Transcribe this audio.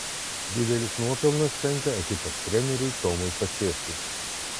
didelis nuopelnas tenka ekipos treneriui tomui pačėsui